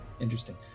Interesting